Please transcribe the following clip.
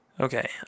Okay